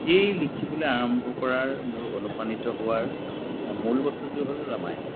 এই লিখিবলৈ আৰম্ভ কৰাৰ মোৰ অনুপ্ৰাণিত হোৱাৰ মূল বস্তুটোৱে হ'ল ৰামায়ণ